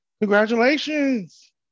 congratulations